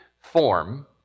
form